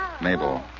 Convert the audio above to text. Mabel